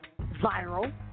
viral